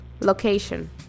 Location